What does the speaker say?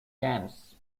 camps